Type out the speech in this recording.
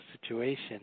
situation